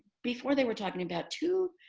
before they were talking about two,